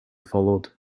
followed